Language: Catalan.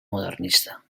modernista